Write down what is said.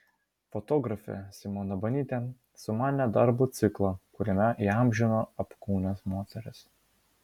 fotografė simona banytė sumanė darbų ciklą kuriame įamžino apkūnias moteris